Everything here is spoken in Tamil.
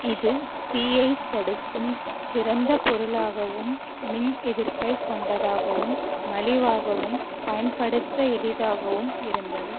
இது தீயைத் தடுக்கும் சிறந்த பொருளாகவும் மின் எதிர்ப்பைக் கொண்டதாகவும் மலிவாகவும் பயன்படுத்த எளிதாகவும் இருந்தது